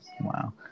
Wow